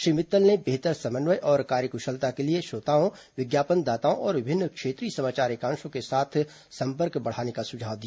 श्री मित्तल ने बेहतर समन्वय और कार्यक्शलता के लिए श्रोताओं विज्ञापनदाताओं और विभिन्न क्षेत्रीय समाचार एकांशों के साथ संपर्क बढ़ाने का सुझाव दिया